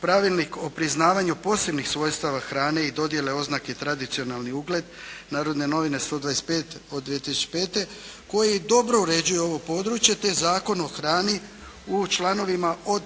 Pravilnik o priznavanju posebnih svojstava hrane i dodjele oznake "tradicionalni ugled "Narodne novine" 12/05. koji dobro uređuje ovo područje, te Zakon o hrani u članovima od